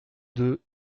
deux